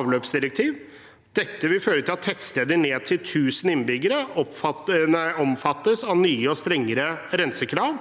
avløpsdirektiv. Dette vil føre til at tettsteder ned til 1 000 innbyggere omfattes av nye og strengere rensekrav.